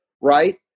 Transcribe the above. right